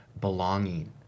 belonging